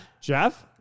Jeff